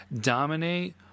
dominate